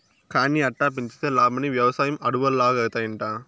కానీ అట్టా పెంచితే లాబ్మని, వెవసాయం అడవుల్లాగౌతాయంట